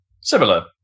similar